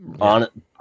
on